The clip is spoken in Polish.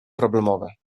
problemowe